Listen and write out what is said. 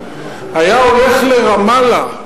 היה הולך לרמאללה,